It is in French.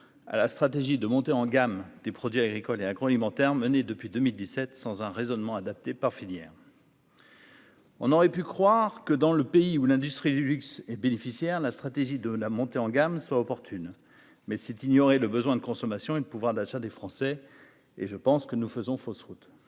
à la stratégie de montée en gamme des produits agricoles et agroalimentaires menée depuis 2017 sans un raisonnement adapté par filière. On aurait pu croire que dans le pays où l'industrie du luxe et bénéficiaire, la stratégie de la montée en gamme soit opportune, mais c'est ignorer le besoin de consommation et de pouvoir d'achat des Français et je pense que nous faisons fausse route